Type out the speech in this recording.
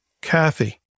Kathy